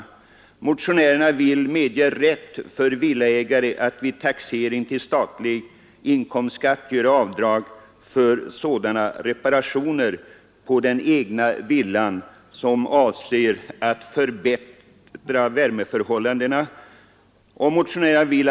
Motionärerna vill ”medge rätt för villaägare att vid taxering till statlig inkomstskatt göra avdrag för sådana reparationer på den egna villan, som avser att förbättra värmehållningen i densamma”. I motionen hemställs ”A.